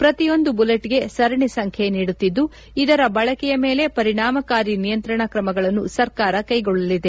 ಪ್ರತಿಯೊಂದು ಬುಲೆಟ್ಗೆ ಸರಣಿ ಸಂಖ್ಯೆ ನೀಡುತ್ತಿದ್ದು ಇದರ ಬಳಕೆಯ ಮೇಲೆ ಪರಿಣಾಮಕಾರಿ ನಿಯಂತ್ರಣ ಕ್ರಮಗಳನ್ನು ಸರ್ಕಾರ ಕೈಗೊಳ್ಳಲಿದೆ